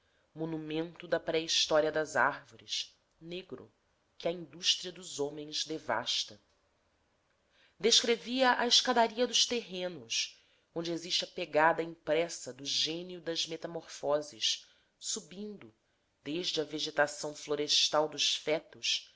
monumento da pré história das árvores negro que a indústria dos homens devasta descrevia a escadaria dos terrenos onde existe a pegada impressa do gênio das metamorfoses subindo desde a vegetação florestal dos fetos